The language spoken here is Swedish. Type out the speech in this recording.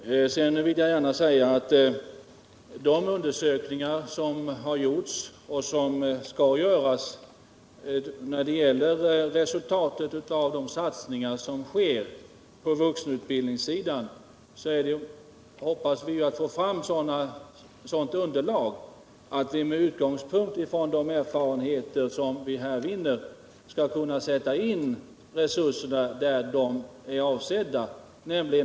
Sedan vill jag gärna säga att vi av de undersökningar som har gjorts och som skall göras när det gäller resultaten av satsningarna på vuxenutbildningssidan hoppas få fram sådant underlag att vi med utgångspunkt i de erfarenheter som vi här vinner skall kunna sätta in resurserna där de är avsedda att vara.